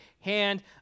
hand